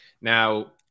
Now